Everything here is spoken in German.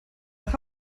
nach